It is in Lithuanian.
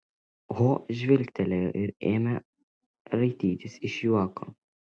ho žvilgtelėjo ir ėmė raitytis iš juoko